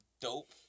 dope